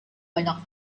banyak